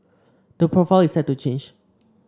the profile is set to change